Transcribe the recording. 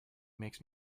makes